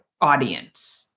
audience